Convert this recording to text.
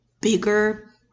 bigger